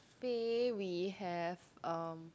pay we have um